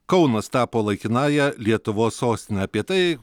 kaunas tapo laikinąja lietuvos sostine apie tai